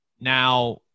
Now